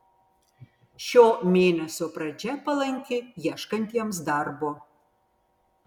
šio mėnesio pradžia palanki ieškantiems darbo